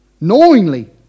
knowingly